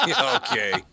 Okay